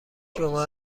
شما